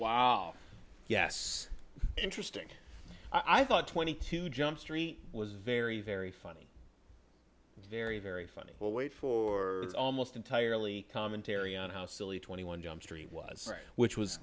wow yes interesting i thought twenty two jump street was very very funny very very funny well wait for it's almost entirely commentary on how silly twenty one jump street was which